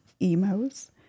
emos